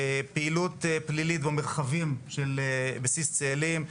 פעילות פלילית במרחבים של בסיס צאלים,